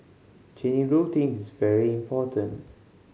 changing routines is very important